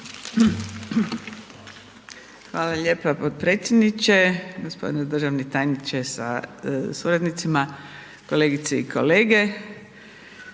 Hvala lijepo g. potpredsjedniče, državni tajniče sa suradnicima, kolegice i kolege.